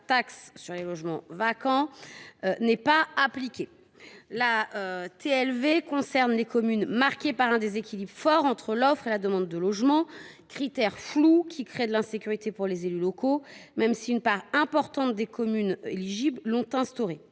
la taxe sur les logements vacants n’est pas appliquée. La TLV vise les communes marquées par un fort déséquilibre entre l’offre et la demande de logements. Or ce critère est flou. Il crée de l’insécurité pour les élus locaux, même si une part importante des communes éligibles ont instauré